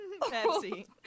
Pepsi